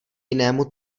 jinému